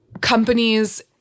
companies